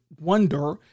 wonder